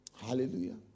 Hallelujah